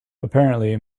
apparently